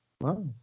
Wow